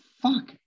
fuck